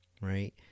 right